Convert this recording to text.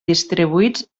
distribuïts